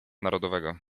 narodowego